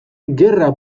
gerra